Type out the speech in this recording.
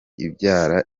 ibyara